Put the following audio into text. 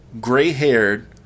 gray-haired